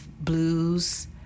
blues